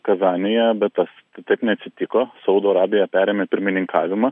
kazanėje bet tas taip neatsitiko saudo arabija perėmė pirmininkavimą